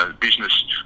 business